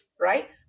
right